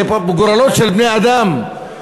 זה גורלות של בני-אדם,